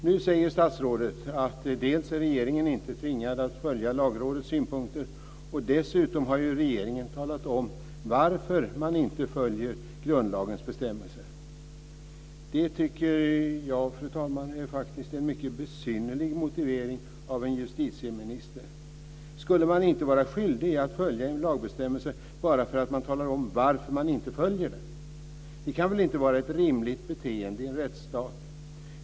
Nu säger statsrådet att regeringen inte är tvingad att följa Lagrådets synpunkter, och dessutom har regeringen talat om varför man inte följer grundlagens bestämmelser. Det tycker jag, fru talman, är en mycket besynnerlig motivering av en justitieminister. Skulle man inte vara skyldig att följa en lagbestämmelse bara för att man talar om varför man inte följer den? Det kan väl inte vara ett rimligt beteende i en rättsstat.